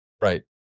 right